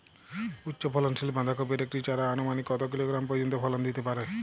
উচ্চ ফলনশীল বাঁধাকপির একটি চারা আনুমানিক কত কিলোগ্রাম পর্যন্ত ফলন দিতে পারে?